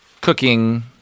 cooking